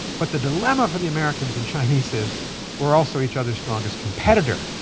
but the dilemma for the americans and chinese is we're also each other's strongest competitor.